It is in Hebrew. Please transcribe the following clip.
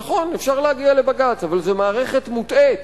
נכון, אפשר להגיע לבג"ץ, אבל זו מערכת מוטעית,